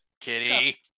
Kitty